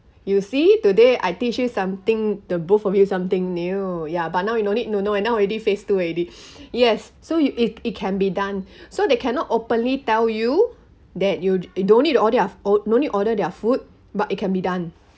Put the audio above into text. you see today I teach you something the both of you something new ya but now you no need to know now already phase two already yes so you if it can be done so they cannot openly tell you that you don't need to order their own f~ no need to order their food but it can be done